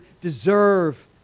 deserve